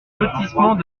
lotissement